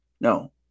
No